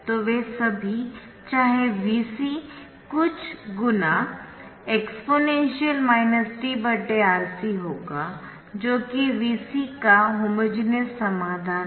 तो वे सभी चाहे Vc कुछ × exp t R C होगा जो कि Vc का होमोजेनियस समाधान है